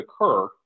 occur